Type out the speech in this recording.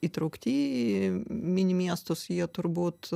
įtraukti į mini miestus jie turbūt